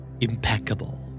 Impeccable